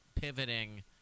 pivoting